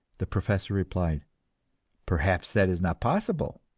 the professor replied perhaps that is not possible.